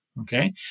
okay